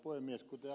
arvoisa puhemies